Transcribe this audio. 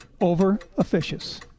Over-officious